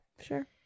Sure